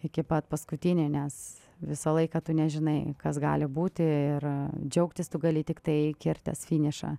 iki pat paskutinio nes visą laiką tu nežinai kas gali būti ir džiaugtis tu gali tiktai kirtęs finišą